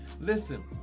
Listen